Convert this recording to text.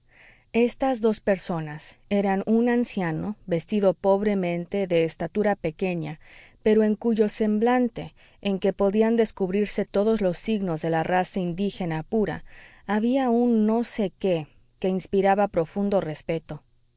estas dos personas eran un anciano vestido pobremente de estatura pequeña pero en cuyo semblante en que podían descubrirse todos los signos de la raza indígena pura había un no sé qué que inspiraba profundo respeto